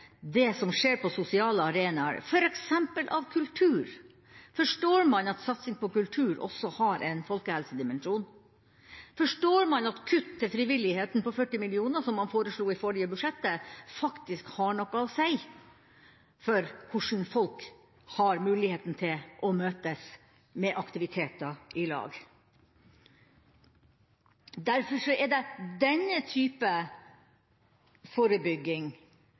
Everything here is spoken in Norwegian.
det som skjer på sosiale arenaer, f.eks. av kultur. Forstår man at satsing på kultur også har en folkehelsedimensjon? Forstår man at kutt til frivilligheten på 40 mill. kr, som man foreslo i forrige budsjettet, faktisk har noe å si for hvordan folk har muligheten til å møtes med aktiviteter i lag? Derfor er det denne type forebygging,